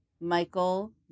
Michael